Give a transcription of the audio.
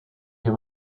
you